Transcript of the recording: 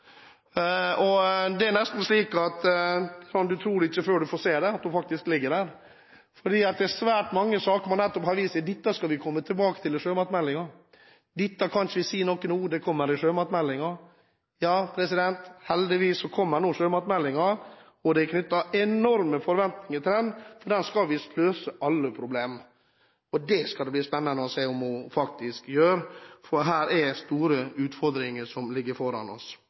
om. Det er nesten slik at du tror det ikke, før du får se det – før den faktisk ligger der. Det er svært mange saker der man nettopp har vist til at dette skal vi komme tilbake til i sjømatmeldingen, dette kan ikke vi si noe om nå, det kommer i sjømatmeldingen. Heldigvis kommer sjømatmeldingen nå. Det er knyttet enorme forventninger til den, for den skal visst løse alle problemer. Det skal det bli spennende å se om den faktisk gjør, for det er store utfordringer som ligger foran oss.